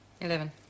Eleven